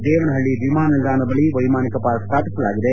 ದೇವನಹಳ್ಳಿ ವಿಮಾನ ನಿಲ್ದಾಣದ ಬಳಿ ವೈಮಾನಿಕ ಪಾರ್ಕ್ ಸ್ಥಾಪಿಸಲಾಗಿದೆ